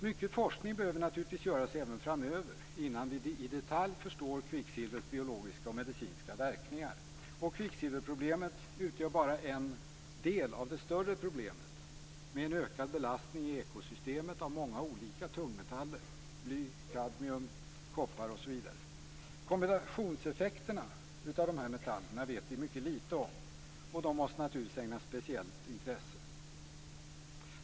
Mycket forskning behöver naturligtvis göras även framöver innan vi i detalj förstår kvicksilvers biologiska och medicinska verkningar. Och kvicksilverproblemet utgör bara en del av det större problemet - med en ökad belastning i ekosystemet av många olika tungmetaller, som bly, kadmium och koppar. Kombinationseffekterna av dessa metaller vet vi mycket litet om, och de måste naturligtvis ägnas speciellt intresse.